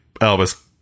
Elvis